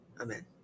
Amen